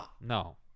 No